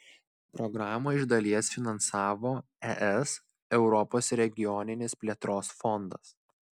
programą iš dalies finansavo es europos regioninės plėtros fondas